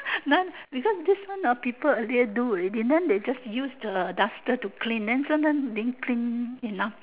then because this one hor people earlier do already then they just use the duster to clean then sometime didn't clean enough